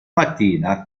mattina